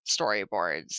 storyboards